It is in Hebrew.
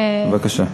בבקשה.